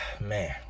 Man